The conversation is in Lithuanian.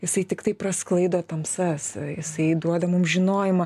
jisai tiktai prasklaido tamsas jisai duoda mums žinojimą